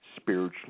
spiritually